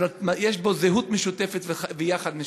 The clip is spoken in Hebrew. שיש בו זהות משותפת ויחד משותף.